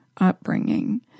upbringing